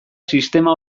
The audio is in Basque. sistema